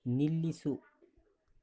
ನಿಲ್ಲಿಸು